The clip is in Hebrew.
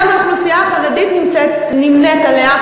גם האוכלוסייה החרדית נמנית עמה,